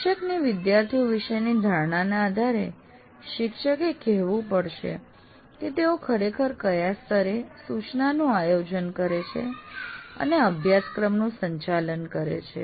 શિક્ષકની વિદ્યાર્થીઓ વિશેની ધારણાના આધારે શિક્ષકે કહેવું પડશે કે તેઓ ખરેખર કયા સ્તરે સૂચનાનું આયોજન કરે છે અને અભ્યાસક્રમનું સંચાલન કરે છે